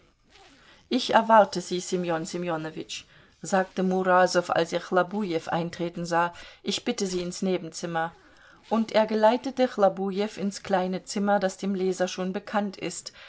als er chlobujew eintreten sah ich bitte sie ins nebenzimmer und er geleitete chlobujew ins kleine zimmer das dem leser schon bekannt ist